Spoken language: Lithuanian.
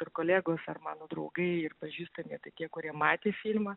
ir kolegos ar mano draugai ir pažįstami tai tie kurie matė filmą